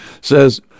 says